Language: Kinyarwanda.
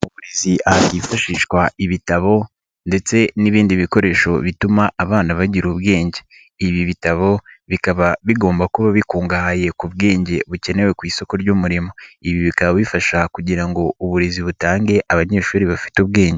Hifashishwa ibitabo ndetse n'ibindi bikoresho bituma abana bagira ubwenge ibi bitabo bikaba bigomba kuba bikungahaye ku bwenge bukenewe ku isoko ry'umurimo ibi bikaba bifasha kugira ngo uburezi butange abanyeshuri bafite ubwenge.